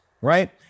right